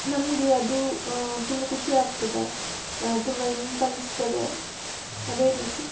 ನಮಗೆ ಅದು ತುಂಬ ಖುಷಿ ಆಗ್ತದೆ ತುಂಬ ಇಂಪೆನಿಸ್ತದೆ ಅದೇ ರೀತಿ